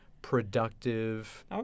productive